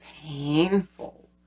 painful